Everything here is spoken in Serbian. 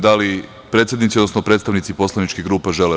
Da li predsednici, odnosno predstavnici poslaničkih grupa žele reč?